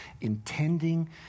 intending